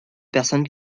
personnes